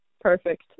perfect